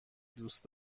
دوست